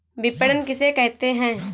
विपणन किसे कहते हैं?